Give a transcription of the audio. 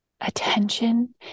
Attention